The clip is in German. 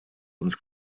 uns